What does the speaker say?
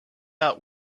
about